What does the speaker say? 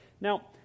Now